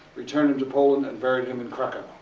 returned him to poland, and buried him in krakow.